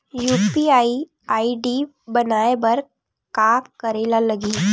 UPI ID बनाये बर का करे ल लगही?